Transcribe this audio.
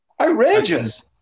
Outrageous